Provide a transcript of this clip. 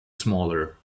smaller